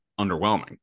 underwhelming